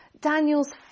Daniel's